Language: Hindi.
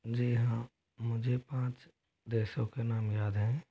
जी हाँ मुझे पाँच देशों के नाम याद हैं